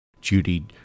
Judy